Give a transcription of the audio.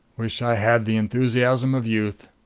wish i had the enthusiasm of youth.